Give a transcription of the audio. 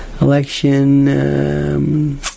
Election